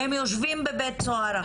והם יושבים בבית סוהר עכשיו.